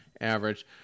average